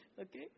Okay